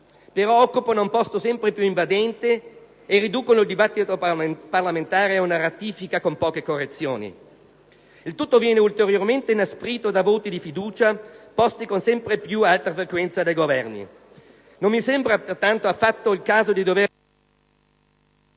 però occupano un posto sempre più invadente e riducono il dibattito parlamentare ad una ratifica con poche correzioni. Il tutto viene ulteriormente inasprito da voti di fiducia posti con sempre più alta frequenza dai Governi. Non mi sembra affatto il caso di dover